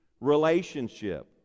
relationship